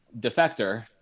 defector